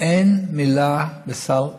אין מילה בסל הבריאות.